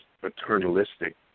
paternalistic